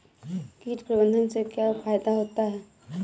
कीट प्रबंधन से क्या फायदा होता है?